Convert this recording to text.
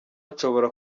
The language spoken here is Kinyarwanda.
nshobora